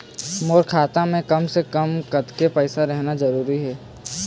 मोर खाता मे कम से से कम कतेक पैसा रहना जरूरी हे?